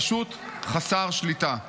פשוט חסר שליטה.